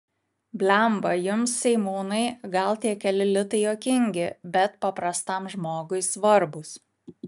blemba jums seimūnai gal tie keli litai juokingi bet paprastam žmogui svarbūs